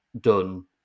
done